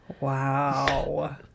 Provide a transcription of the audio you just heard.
Wow